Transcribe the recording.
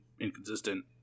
inconsistent